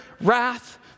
wrath